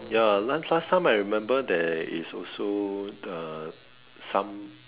ya last last time I remember there is also the some